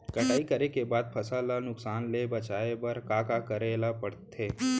कटाई करे के बाद फसल ल नुकसान ले बचाये बर का का करे ल पड़थे?